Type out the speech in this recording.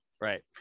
Right